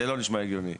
זה לא נשמע הגיוני.